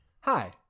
Hi